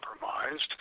compromised